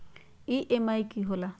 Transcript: EMI की होला?